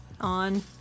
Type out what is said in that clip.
on